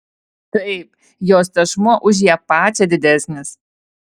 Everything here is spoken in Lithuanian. taip jos tešmuo už ją pačią didesnis